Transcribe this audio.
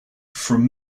from